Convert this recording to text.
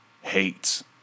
hates